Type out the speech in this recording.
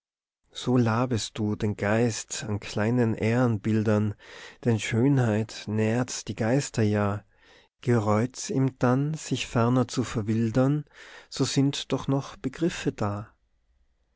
so labest du den geist an kleinen ehrenbildern denn schönheit nährt die geister ja gereuts ihm dann sich ferner zu verwildern so sind doch noch begriffe da